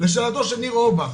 לשאלתו של ניר אורבך